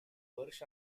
barış